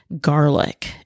garlic